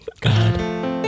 god